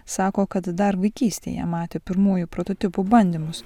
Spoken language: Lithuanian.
sako kad dar vaikystėje matė pirmųjų prototipų bandymus